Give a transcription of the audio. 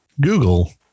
Google